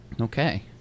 Okay